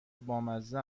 بامزه